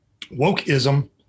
Wokeism